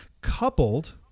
coupled